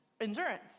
endurance